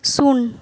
ᱥᱩᱱ